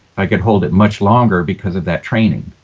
i could hold it much longer because of that training.